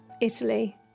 Italy